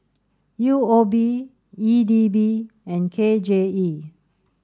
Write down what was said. U O B E D B and K J E